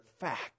fact